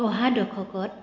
অহা দশকত